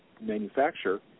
manufacture